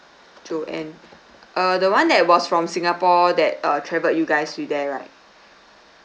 joanne err the one that was from singapore that uh travelled you guys with there right